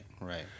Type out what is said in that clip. Right